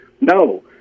No